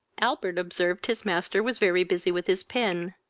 albert observed his master was very busy with his pen,